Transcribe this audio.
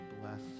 bless